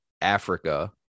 Africa